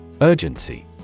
Urgency